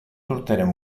urteren